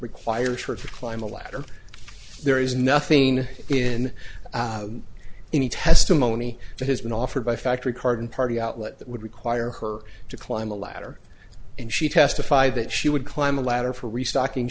requires her to climb a ladder there is nothing in any testimony that has been offered by factory carton party outlet that would require her to climb a ladder and she testified that she would climb a ladder for restocking